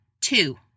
two